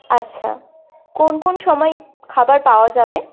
আচ্ছা কোন কোন সময় খাবার পাওয়া যাবে